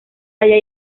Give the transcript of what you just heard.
allá